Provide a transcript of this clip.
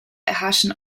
erhaschen